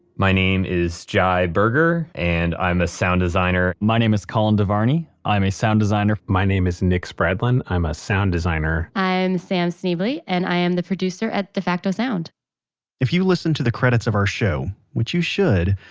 my name is jai berger and i'm a sound designer my name is colin devarney. i'm a sound designer my name is nick spradlin. i'm a sound designer i'm sam schneble and i am the producer at defacto sound if you listen to the credits of our show, which you should,